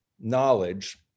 knowledge